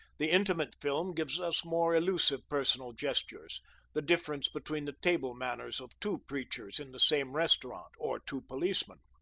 the intimate film gives us more elusive personal gestures the difference between the table manners of two preachers in the same restaurant, or two policemen.